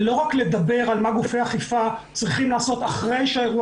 ולא רק לדבר על מה גופי אכיפה צריכים לעשות אחרי שהאירוע